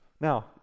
Now